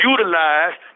Utilized